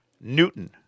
Newton